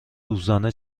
روزانه